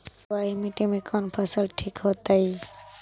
बलुआही मिट्टी में कौन फसल ठिक होतइ?